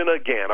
again